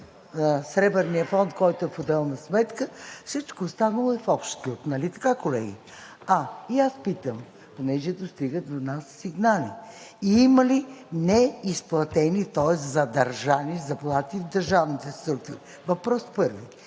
Сребърния фонд, който е в отделна сметка, всичко останало е в общ кюп. Нали така, колеги? И аз питам – понеже до нас достигат сигнали – има ли неизплатени, тоест задържани заплати в държавните структури? Въпрос първи.